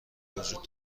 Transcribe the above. وجود